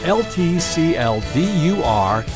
ltcldur